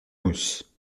mousse